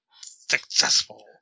Successful